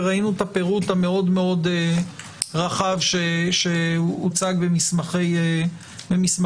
וראינו את הפירוט המאוד מאוד רחב שהוצג במסמכי העמדה.